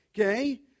okay